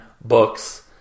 books